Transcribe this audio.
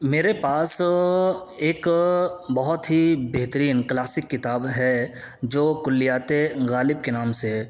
میرے پاس ایک بہت ہی بہترین کلاسک کتاب ہے جو کلّیاتِ غالب کے نام سے ہے